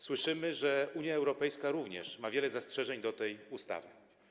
Słyszymy, że Unia Europejska również ma wiele zastrzeżeń do tej ustawy.